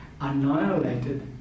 annihilated